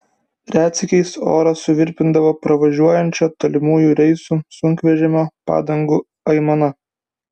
retsykiais orą suvirpindavo pravažiuojančio tolimųjų reisų sunkvežimio padangų aimana